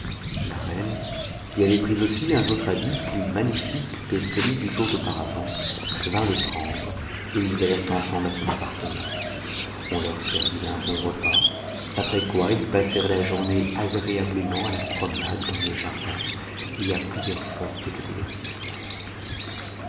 la reine qui avait pris aussi un autre habit plus magnifique que celui du jour d'auparavant vint le prendre et ils allèrent ensemble à son appartement on leur servit un bon repas après quoi ils passèrent la journée agréablement à la promenade dans le jardin et à plusieurs sortes de divertissements